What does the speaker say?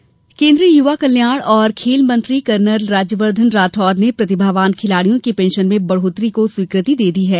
खेल पेंशन केन्द्रीय युवा कल्याण और खेल मंत्री कर्नल राज्यवर्द्वन राठौड़ ने प्रतिभावान खिलाड़ियों की पेंशन में बढ़ोतरी को स्वीकृति दे दी है